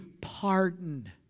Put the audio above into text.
pardon